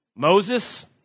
Moses